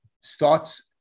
starts